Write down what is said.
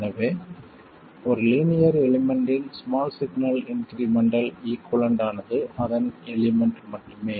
எனவே ஒரு லீனியர் எலிமெண்ட்டின் ஸ்மால் சிக்னல் இன்க்ரிமெண்டல் ஈகுவலன்ட் ஆனது அதன் எலிமெண்ட் மட்டுமே